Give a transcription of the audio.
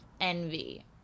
envy